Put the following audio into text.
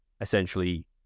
essentially